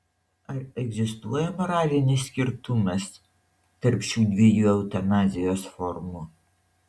ar egzistuoja moralinis skirtumas tarp šių dviejų eutanazijos formų